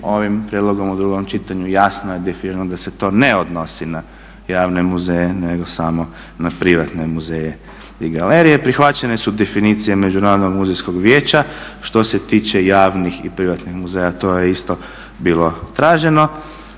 ovim prijedlogom u drugom čitanju jasno je definirano da se to ne odnosi na javne muzeje nego samo na privatne muzeje i galerije. Prihvaćene su definicije Međunarodnog muzejskog vijeća, što se tiče javnih i privatnih muzeja to je isto bilo traženo.